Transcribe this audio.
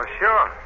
sure